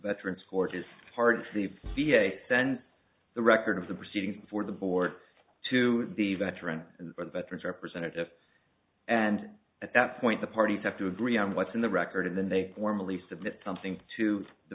veterans court is part of the v a sent the record of the proceedings for the board to the veteran but veterans representative and at that point the parties have to agree on what's in the record and then they formally submit something to the